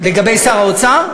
לגבי שר האוצר?